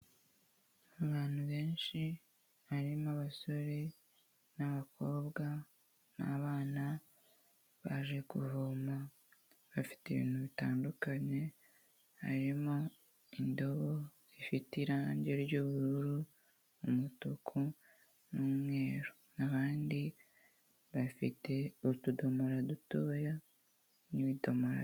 Abantu benshi harimo abasore n'abakobwa n'abana baje kuvoma bafite ibintu bitandukanye, harimo indobo zifite irangi ry'ubururu, umutuku n'umweru, abandi bafite utudomora dutoya n'ibidomoro.